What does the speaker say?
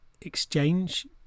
exchange